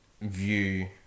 view